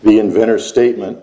the inventor statement